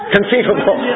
Conceivable